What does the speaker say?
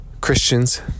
Christians